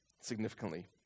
significantly